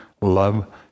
love